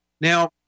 Now